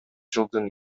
жылдын